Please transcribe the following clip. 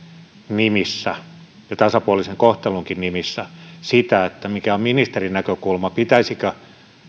nimissä ja tasapuolisen kohtelunkin nimissä sitä mikä on ministerin näkökulma pitäisikö